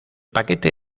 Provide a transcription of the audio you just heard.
paquete